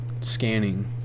scanning